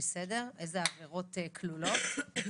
איזה עבירות כלולות.